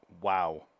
Wow